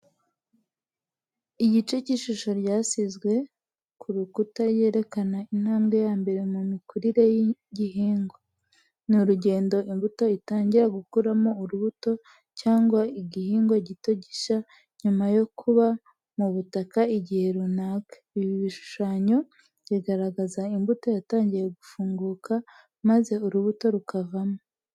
Igice cy’ishusho ryasizwe ku rukuta rwerekana intambwe ya mbere mu mikurire y’igihingwa. Ni urugendo imbuto itangira gukuramo urubuto cyangwa igihingwa gito gishya, nyuma yo kuba mu butaka igihe runaka. Ibi ibishushanyo bigaragaza imbuto yatangiye gufunguka, maze urubuto rukavamo.